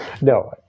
No